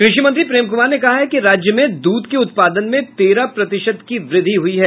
कृषि मंत्री प्रेम कुमार ने कहा है कि राज्य में दूध के उत्पादन में तेरह प्रतिशत की वृद्धि हयी है